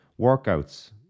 workouts